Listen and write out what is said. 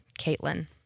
Caitlin